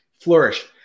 flourish